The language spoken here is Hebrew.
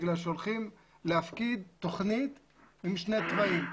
בגלל שהולכים להפקיד תוכנית עם שני תוואים.